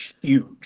huge